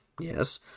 yes